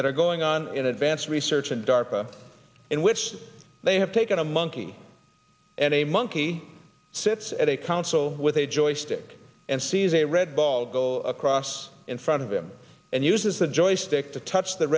that are going on in advanced research and darpa in which they have taken a monkey and a monkey sits at a council with a joystick and sees a red ball go across in front of him and uses the joystick to touch the